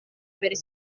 mbere